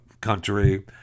country